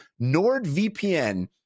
NordVPN